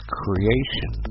creation